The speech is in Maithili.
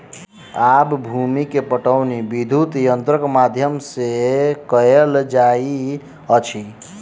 आब भूमि के पाटौनी विद्युत यंत्रक माध्यम सॅ कएल जाइत अछि